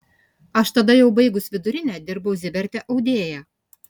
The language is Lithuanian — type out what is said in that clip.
aš tada jau baigus vidurinę dirbau ziberte audėja